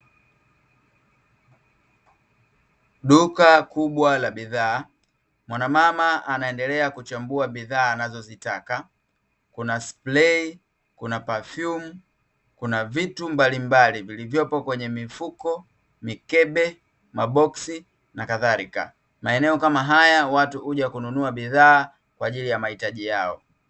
Duka kubwa la bidhaa; mwanamama anaendelea kuchambua bidhaa anazozitaka, kuna sprei, kuna pafyumu. Kuna vitu mbalimbali vilivyopo kwenye mifuko, mikebe, maboksi, na kadhalika. Maeneo kama haya watu huja kununua bidhaa, kwa ajili ya mahitaji yao.